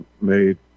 made